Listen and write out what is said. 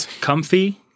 Comfy